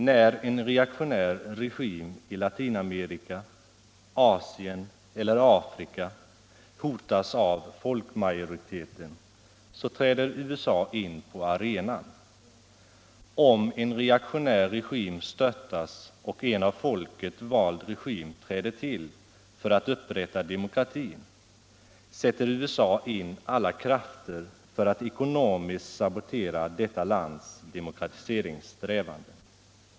När en reaktionär regim i Latinamerika, Asien eller Afrika hotas av folk majoriteten så träder USA in på arenan. Om en reaktionär regim störtas och en av folket vald regim träder till för att upprätta demokratin, sätter USA in alla krafter för att ekonomiskt sabotera detta lands demokratiseringssträvanden.